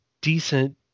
decent